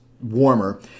warmer